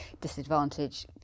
disadvantage